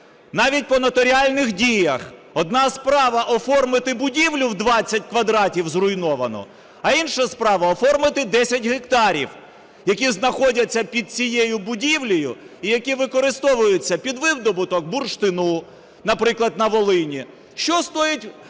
Навіть по нотаріальних діях, одна справа оформити будівлю в 20 квадратів зруйновано, а інша справа оформити 10 гектарів, які знаходяться під цією будівлею і які використовуються під видобуток бурштину, наприклад, на Волині. Що стоїть